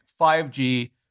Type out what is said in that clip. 5G